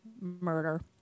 murder